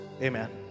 amen